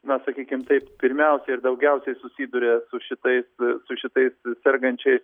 na sakykim taip pirmiausia ir daugiausiai susiduria su šitais su šitais sergančiai